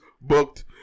booked